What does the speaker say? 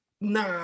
Nah